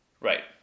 Right